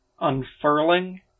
unfurling